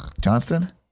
Johnston